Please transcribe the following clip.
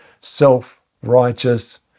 self-righteous